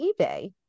ebay